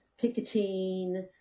picketing